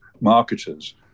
marketers